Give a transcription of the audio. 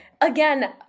Again